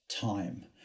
time